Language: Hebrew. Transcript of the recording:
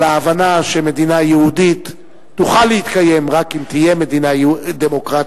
על ההבנה שמדינה יהודית תוכל להתקיים רק אם תהיה מדינה דמוקרטית,